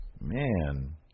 Man